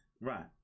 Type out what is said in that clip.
Right